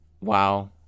wow